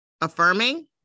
affirming